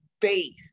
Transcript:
faith